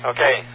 Okay